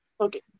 Okay